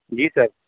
جی سر